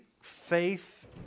faith